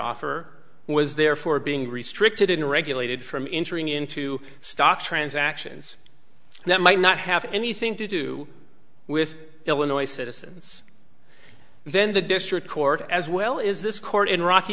offer was therefore being restricted in regulated from entering into stock transactions that might not have anything to do with illinois citizens then the district court as well is this court in rocky